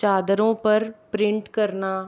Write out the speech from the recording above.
चादरों पर प्रिंट करना